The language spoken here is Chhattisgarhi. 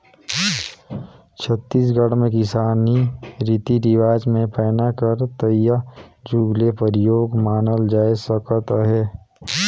छत्तीसगढ़ मे किसानी रीति रिवाज मे पैना कर तइहा जुग ले परियोग मानल जाए सकत अहे